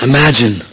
Imagine